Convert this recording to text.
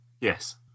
Yes